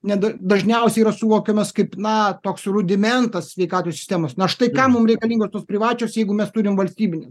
net dažniausiai yra suvokiamos kaip na toks rudimentas sveikatos sistemos na štai kam mum reikalingos tos privačios jeigu mes turim valstybinių